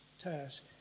task